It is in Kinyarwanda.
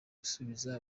gusuzuma